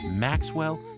Maxwell